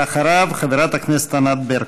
ואחריו, חברת הכנסת ענת ברקו.